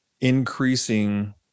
increasing